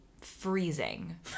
freezing